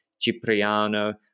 Cipriano